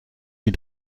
sie